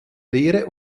lehre